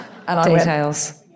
Details